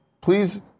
Please